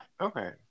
Okay